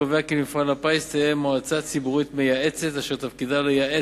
2. מדוע לא ימונו